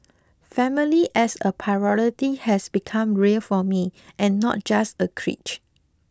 family as a priority has become real for me and not just a cliche